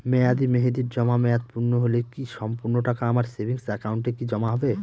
মেয়াদী মেহেদির জমা মেয়াদ পূর্ণ হলে কি সম্পূর্ণ টাকা আমার সেভিংস একাউন্টে কি জমা হবে?